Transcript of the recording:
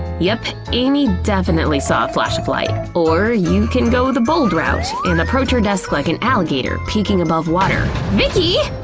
yep, amy definitely saw a flash of light. or you can go the bold route and approach her desk like an alligator peaking above water, stalking